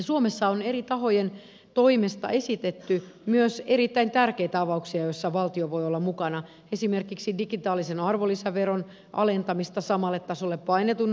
suomessa on eri tahojen toimesta esitetty myös erittäin tärkeitä avauksia joissa valtio voi olla mukana esimerkiksi digitaalisen arvonlisäveron alentamista samalle tasolle painetun lehdistön kanssa